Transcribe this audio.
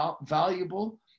valuable